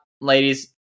ladies